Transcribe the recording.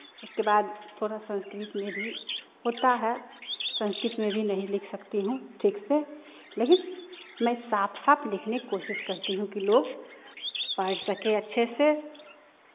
उसके बाद थोड़ा संस्कृत में भी होता है संस्कृत में भी नहीं लिख सकती हूँ ठीक से लेकिन मैं साफ साफ लिखने की कोशिश करती हूँ कि लोग पढ़ सकें अच्छे से